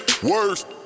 WORST